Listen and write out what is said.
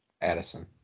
Addison